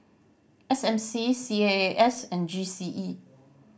S M C C A A S and G C E